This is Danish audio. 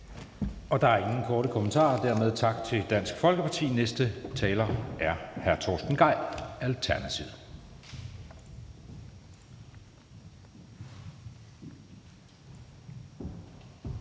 Der er ingen korte bemærkninger. Dermed tak til Dansk Folkeparti. Næste taler er hr. Torsten Gejl, Alternativet.